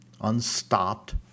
unstopped